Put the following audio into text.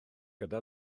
gyda